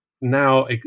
now